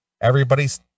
Everybody's